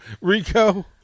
Rico